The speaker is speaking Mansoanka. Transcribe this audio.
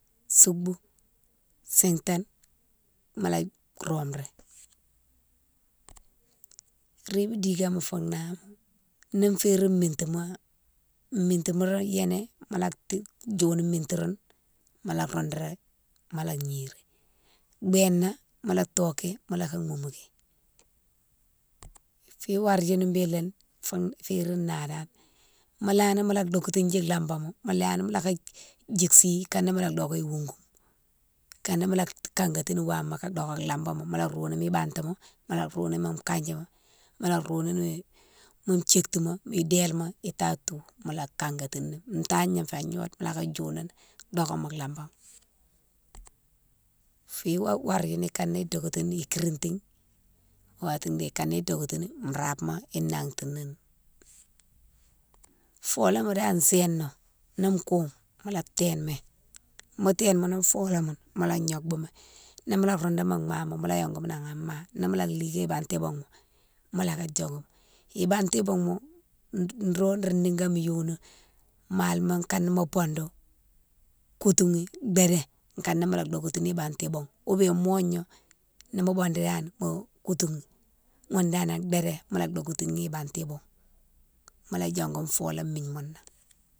Soubou, sintane mola rome ri, ribe dikéma fou nah ma, ni férine mitima, mitima ni yini mola dioune mitirounne mola roudughi mola gnighi. Bénan mola toki mola ka moumou ki, fi ware younne bélé foune féri nah dane, mo léni mola dokétidji lambama, mo léni mo loka djiksighi ikané mola doké wougoune, ikane mola kankatine wama ka doké lambama, moa rouni ibantima, mola rouni mo kandjima, mola rouni mo djoutima, idélé ma tatou mola kankatini, tagna fa gnode mola ka djoughini doké mo lambama. Fou ware younne ikané dokétini ikiritine wati dé ikane dokétini rabema inantini, foléma dane séna ni koume nola témi, mo téne mounou folémounne, mola gnobemi, ni mola roundou mo mama, mola yongoumi nan an mame, ni mola ligué ibati bougma mola ka diongou. Ibanti bougmo nro ro nigome yoni, malma kane mo bondou, koutini dédé, kane mola dokétine ibantine bougme, oubien mogna ni mo bondi dane mo koutini ghounne danan dédé mola dokétini ibanti bougme mola diongou fola migne mounne nan.